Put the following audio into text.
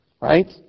Right